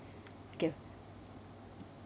okay